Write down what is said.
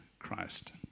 Christ